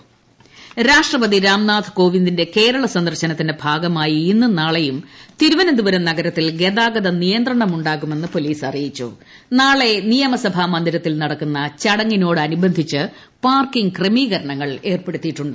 ഗതാഗതനിയന്ത്രണം രാഷ്ട്രപതി രാംനാഥ് കോവിന്ദിന്റെ കേരള സന്ദർശനത്തിന്റെ ഭാഗമായി ഇന്നും നാളെയും തിരുവനന്തപുരം നഗരത്തിൽ ഗതാഗത നിയന്ത്രണം ഉണ്ടാകുമെന്ന് പോലീസ് അറിയിച്ചു നാളെ നിയമസഭാമന്ദിരത്തിൽ നടക്കുന്ന ചടങ്ങിനോടനുബന്ധിച്ച് പാർക്കിഗ് ക്രമീകരണങ്ങൾ ഏർപ്പെടുത്തിയിട്ടുണ്ട്